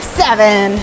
seven